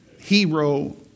hero